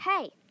Hey